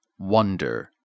Wonder